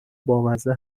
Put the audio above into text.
بامزه